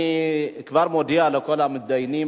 אני כבר מודיע לכל המתדיינים,